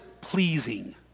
pleasing